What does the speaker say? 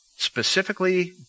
specifically